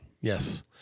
Yes